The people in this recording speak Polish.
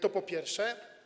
To po pierwsze.